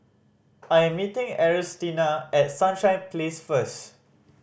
I am meeting Ernestina at Sunshine Place first